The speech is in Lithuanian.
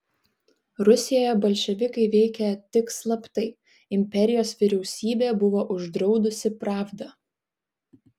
rusijoje bolševikai veikė tik slaptai imperijos vyriausybė buvo uždraudusi pravdą